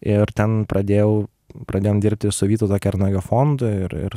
ir ten pradėjau pradėjom dirbti su vytauto kernagio fondu ir ir